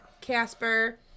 Casper